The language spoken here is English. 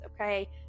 okay